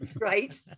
right